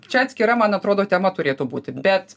čia atskira man atrodo tema turėtų būti bet